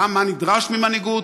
מה נדרש ממנהיגות,